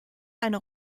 eine